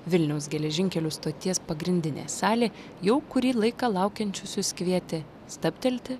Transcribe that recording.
vilniaus geležinkelių stoties pagrindinė salė jau kurį laiką laukiančiusius kvietė stabtelti